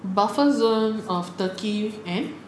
buffer zone of turkey and